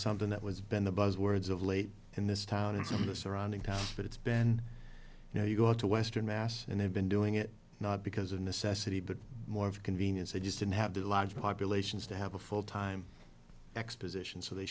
something that was been the buzz words of late in this town in some of the surrounding towns but it's been you know you go to western mass and they've been doing it not because of necessity but more of convenience they just didn't have the large populations to have a full time exposition so they